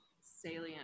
salient